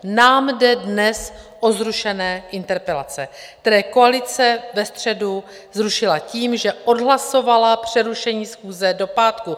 Nám jde dnes o zrušené interpelace, které koalice ve středu zrušila tím, že odhlasovala přerušení schůze do pátku.